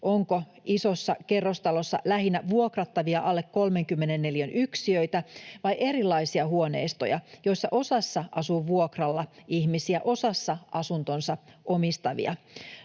onko isossa kerrostalossa lähinnä vuokrattavia alle 30 neliön yksiöitä vai erilaisia huoneistoja, joissa osassa asuu vuokralla ihmisiä, osassa asuntonsa omistavia.